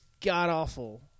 god-awful